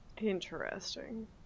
interesting